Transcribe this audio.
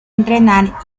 entrenar